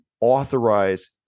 authorize